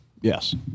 Yes